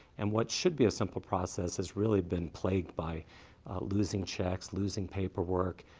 and what should be a simple process has really been plagued by losing checks, losing paperwork.